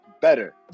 better